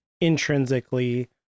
intrinsically